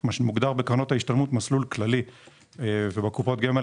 מה שמוגדר בקרנות ההשתלמות מסלול כללי ובקופות הגמל